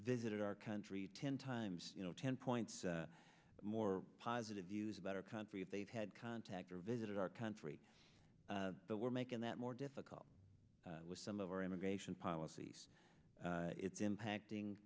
visited our country ten times you know ten points more positive views about our country if they have had contact or visited our country but we're making that more difficult with some of our immigration policies it's impacting